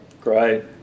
Great